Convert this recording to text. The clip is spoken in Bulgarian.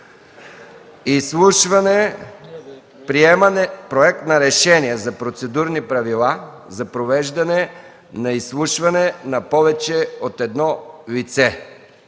гласуване по „Проект за решение за процедурни правила за провеждане на изслушване на повече от едно лице.